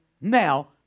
Now